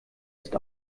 ist